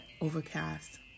Overcast